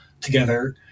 together